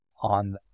on